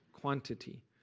quantity